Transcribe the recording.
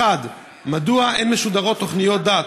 1. מדוע אין משודרות תוכניות דת,